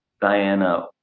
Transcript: Diana